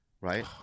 right